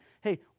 Hey